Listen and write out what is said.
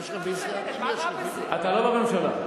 אתה לא בממשלה.